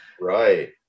right